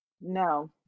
No